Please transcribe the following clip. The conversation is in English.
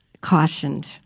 cautioned